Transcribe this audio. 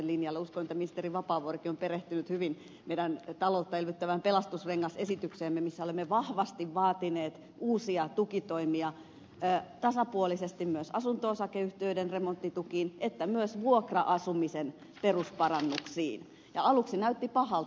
uskon että ministeri vapaavuorikin on perehtynyt hyvin meidän taloutta elvyttävään pelastusrengasesitykseemme jossa olemme vahvasti vaatineet uusia tukitoimia tasapuolisesti sekä asunto osakeyhtiöiden remonttitukiin että myös vuokra asumisen perusparannuksiin ja aluksi näytti pahalta